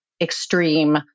extreme